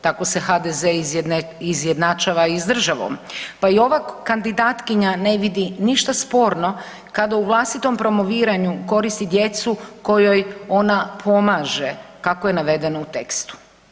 Tako se HDZ izjednačava i s državom, pa i ova kandidatkinja ne vidi ništa sporno kada u vlastitom promoviranju koristi djecu kojoj ona pomaže, kako je navedeno u tekstu.